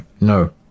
no